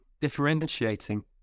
differentiating